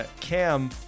Cam